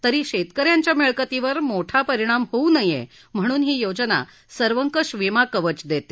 तर शेतकऱ्यांच्या मिळकतीवर मोठा परिणाम होऊ नये म्हणून ही योजना सर्वंकष विमा कवच देते